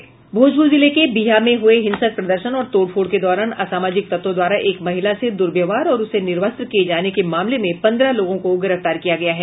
भोजपुर जिले के बिहियां में हुए हिंसक प्रदर्शन और तोड़फोड़ के दौरान असामाजिक तत्वों द्वारा एक महिला से दुर्व्यवहार और उसे निर्वस्त्र किये जाने के मामले में पन्द्रह लोगों को गिरफ्तार किया गया है